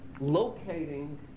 locating